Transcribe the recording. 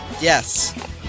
Yes